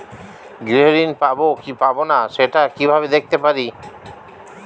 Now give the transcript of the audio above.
গৃহ ঋণ পাবো কি পাবো না সেটা কিভাবে দেখতে পারি?